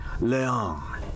leon